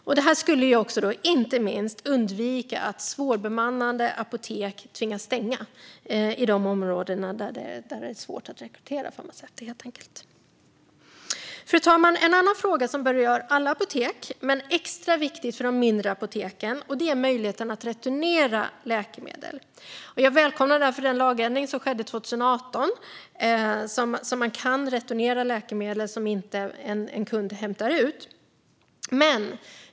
Därigenom skulle det inte minst kunna undvikas att svårbemannade apotek tvingas stänga i de områden där det är svårt att rekrytera farmaceuter. Fru talman! En annan fråga som berör alla apotek men som är extra viktig för de mindre apoteken är möjligheten att returnera läkemedel. Jag välkomnar därför den lagändring som skedde 2018 så att man kan returnera läkemedel som en kund inte hämtar ut.